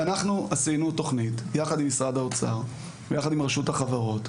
אנחנו עשינו תוכנית יחד עם משרד האוצר ויחד עם רשות החברות,